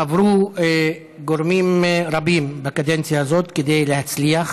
חברו גורמים רבים בקדנציה הזאת כדי להצליח